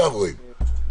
הצבעה ההסתייגות לא אושרה.